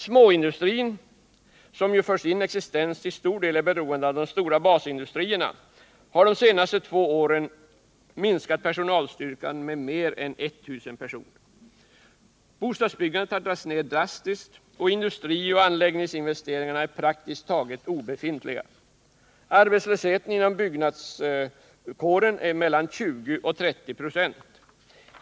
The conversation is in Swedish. Småindustrin, som ju för sin existens till stor del är beroende av de stora basindustrierna, har de senaste två åren minskat personalstyrkan med mer än 1000 personer. Bostadsbyggandet har dragits ner drastiskt, och industrioch anläggningsinvesteringar är praktiskt taget obefintliga. Arbetslösheten inom byggnadsarbetarkåren är 20-30 96.